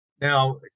Now